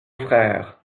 frères